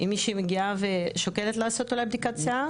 אם מישהי מגיעה ושוקלת אולי לעשות בדיקת שיער,